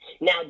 now